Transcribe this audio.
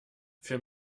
für